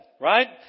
right